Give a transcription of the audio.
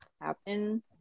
happen